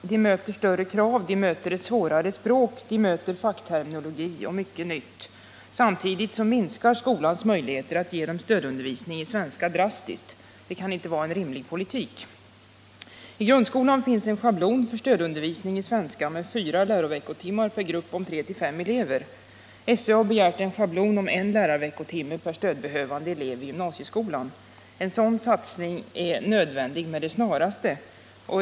De möter större krav, de möter ett svårare språk, de möter fackterminologi och mycket nytt. Samtidigt minskar skolans möjligheter drastiskt att ge dem stödundervisning i svenska. Det kan inte vara en rimlig politik. I grundskolan finns en schablon för stödundervisning i svenska med 4 lärarveckotimmar per grupp om tre-fem elever. SÖ har begärt en schablon om 1 lärarveckotimme per stödbehövande elev i gymnasieskolan. En sådan satsning är nödvändig med det snaraste.